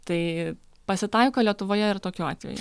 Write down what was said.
tai pasitaiko lietuvoje ir tokiu atveju